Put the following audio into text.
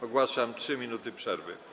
Ogłaszam 3 minuty przerwy.